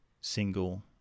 Single